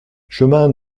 chemin